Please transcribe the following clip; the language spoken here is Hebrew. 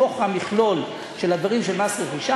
בתוך המכלול של הדברים של מס רכישה.